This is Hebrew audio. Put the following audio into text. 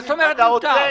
מה זאת אומרת מותר?